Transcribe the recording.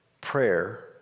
prayer